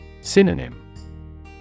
Synonym